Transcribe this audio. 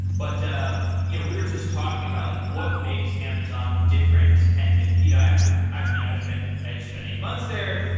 but um yeah we were just talking about like what makes amazon different and you know i've you know i've spent ah spent eight months there,